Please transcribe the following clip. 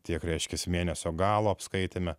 tiek reiškiasi mėnesio galo apskaitėme